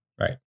Right